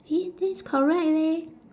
eh then it's correct leh